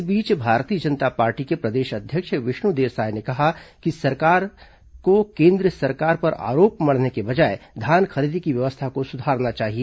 इस बीच भारतीय जनता पार्टी के प्रदेश अध्यक्ष विष्णुदेव साय ने कहा है कि राज्य सरकार को केन्द्र सरकार पर आरोप मढ़ने के बजाय धान खरीदी की व्यवस्था को सुधारना चाहिए